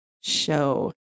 show